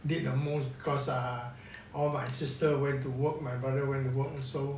need the most because ah all my sister went to work my brother went to work also